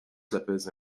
slippers